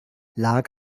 lag